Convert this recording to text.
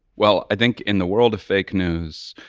well, i think in the world of fake news,